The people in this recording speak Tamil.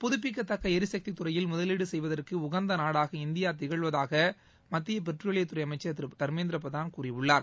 புதுப்பிக்கத்தக்க எரிசக்தி துறையில் முதலீடு செய்வதற்கு உகந்த நாடாக இந்தியா திகழ்ந்து வருவதாக மத்திய பெட்ரோலியத்துறை அமைச்சர் திரு தர்மேந்திர பிரதான் கூறியுள்ளார்